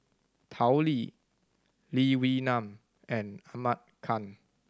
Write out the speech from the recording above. Tao Li Lee Wee Nam and Ahmad Khan